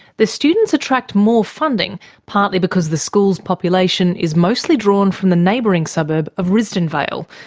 the students attract more funding partly because the school's population is mostly drawn from the neighbouring suburb of risdon vale,